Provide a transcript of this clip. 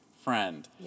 friend